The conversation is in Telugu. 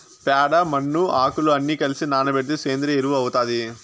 ప్యాడ, మన్ను, ఆకులు అన్ని కలసి నానబెడితే సేంద్రియ ఎరువు అవుతాది